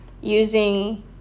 using